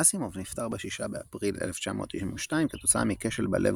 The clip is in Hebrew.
אסימוב נפטר ב-6 באפריל 1992 כתוצאה מכשל בלב